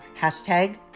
hashtag